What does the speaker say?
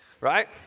right